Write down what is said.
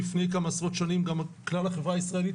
לפני כמה עשרות שנים גם כלל החברה הישראלית